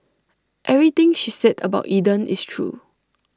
everything she said about Eden is true